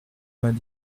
vingt